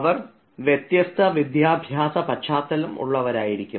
അവർ വ്യത്യസ്ത വിദ്യാഭ്യാസ പശ്ചാത്തലം ഉള്ളവരായിരിക്കും